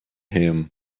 him